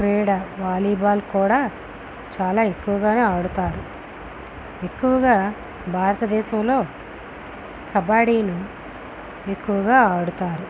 క్రీడ వాలీబాల్ కూడా చాల ఎక్కువగా ఆడుతారు ఎక్కువగా భారతదేశంలో కబడ్డీని ఎక్కువగా ఆడుతారు